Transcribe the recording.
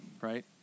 right